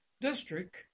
district